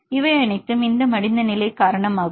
இவை அனைத்தும் இந்த மடிந்த நிலை காரணமாகும்